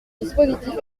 dispositif